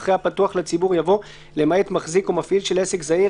אחרי "הפתוח לציבור" יבוא "למעט מחזיק או מפעיל של עסק זעיר,